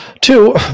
Two